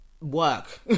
work